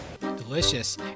delicious